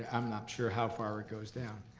i'm not sure how far it goes down.